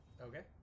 Okay